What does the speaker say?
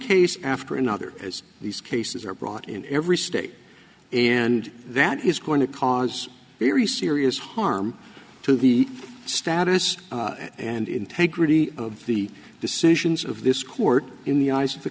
case after another as these cases are brought in every state and that is going to cause very serious harm to the status and integrity of the decisions of this court in the eyes of the